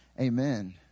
Amen